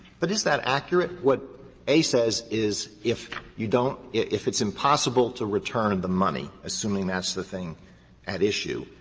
but is that accurate? what a says is if you don't if it's impossible to return and the money, assuming that's the thing at issue,